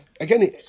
again